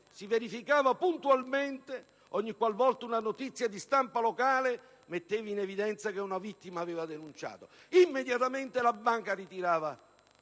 si verificava puntualmente ogni qual volta una notizia di stampa locale metteva in evidenza che una vittima aveva denunciato. Immediatamente la banca ritirava.